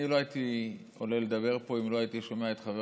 לא הייתי עולה לפה אם לא הייתי שומע את חבר